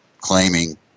claiming